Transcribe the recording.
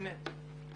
באמת.